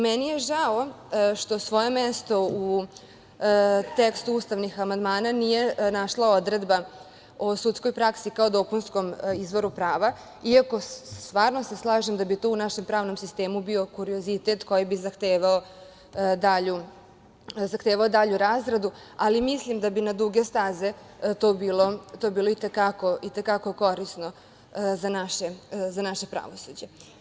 Meni je žao što svoje mesto u tekstu ustavnih amandmana nije našla odredba o sudskoj praksi kao dopunskom izvoru prava, iako se stvarno slažem da bi to u našem pravnom sistemu bio kuriozitet koji bi zahtevao dalju razradu, ali mislim da bi na duge staze to bilo i te kako korisno za naše pravosuđe.